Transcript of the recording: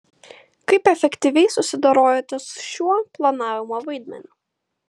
kaip efektyviai susidorojote su šiuo planavimo vaidmeniu